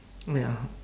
oh ya